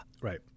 Right